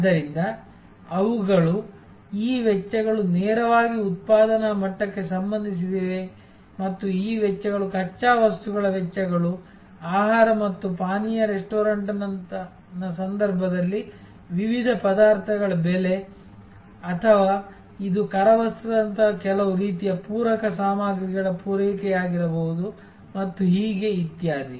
ಆದ್ದರಿಂದ ಅವುಗಳು ಈ ವೆಚ್ಚಗಳು ನೇರವಾಗಿ ಉತ್ಪಾದನಾ ಮಟ್ಟಕ್ಕೆ ಸಂಬಂಧಿಸಿವೆ ಮತ್ತು ಈ ವೆಚ್ಚಗಳು ಕಚ್ಚಾ ವಸ್ತುಗಳ ವೆಚ್ಚಗಳು ಆಹಾರ ಮತ್ತು ಪಾನೀಯ ರೆಸ್ಟೋರೆಂಟ್ನ ಸಂದರ್ಭದಲ್ಲಿ ವಿವಿಧ ಪದಾರ್ಥಗಳ ಬೆಲೆ ಅಥವಾ ಇದು ಕರವಸ್ತ್ರದಂತಹ ಕೆಲವು ರೀತಿಯ ಪೂರಕ ಸಾಮಗ್ರಿಗಳ ಪೂರೈಕೆಯಾಗಿರಬಹುದು ಮತ್ತು ಹೀಗೆ ಇತ್ಯಾದಿ